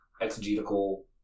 exegetical